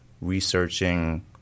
researching